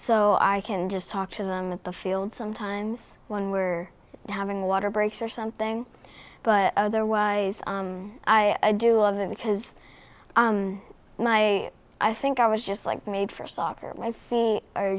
so i can just talk to them in the field sometimes when we're having water breaks or something but otherwise i do love it because my i think i was just like made for soccer my fee